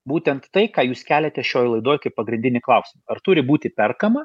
būtent tai ką jūs keliate šioj laidoj kaip pagrindinį klausimą ar turi būti perkama